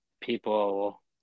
people